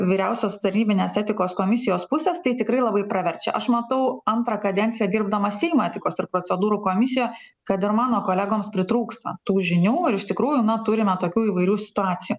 vyriausios tarnybinės etikos komisijos pusės tai tikrai labai praverčia aš matau antrą kadenciją dirbdama seimo etikos ir procedūrų komisijoje kad ir mano kolegoms pritrūksta tų žinių iš tikrųjų na turime tokių įvairių situacijų